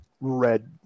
red